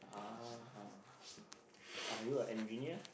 ah are you an engineer